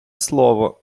слово